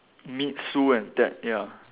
meet Sue and Ted ya